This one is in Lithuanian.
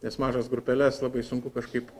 nes mažas grupeles labai sunku kažkaip